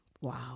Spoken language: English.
Wow